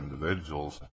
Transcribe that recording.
individuals